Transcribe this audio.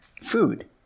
Food